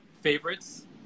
favorites